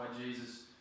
Jesus